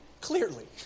clearly